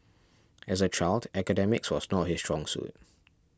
as a child academics was not his strong suit